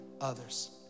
others